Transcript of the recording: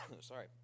sorry